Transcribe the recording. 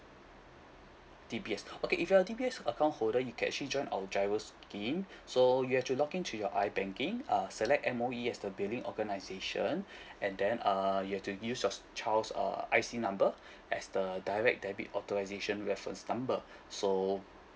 D_B_S okay if you are D_B_S account holder you can actually join our giro scheme so you have to log in to your I banking uh select M_O_E as the billing organisation and then err you have to use your s~ child's err I_C number as the direct debit authorisation reference number so